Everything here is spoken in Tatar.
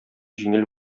җиңел